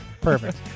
Perfect